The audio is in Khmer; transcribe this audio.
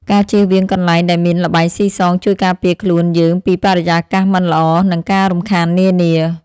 ការជៀសវាងកន្លែងដែលមានល្បែងស៊ីសងជួយការពារខ្លួនយើងពីបរិយាកាសមិនល្អ និងការរំខាននានា។